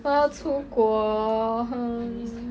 我要出国 hmm